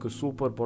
super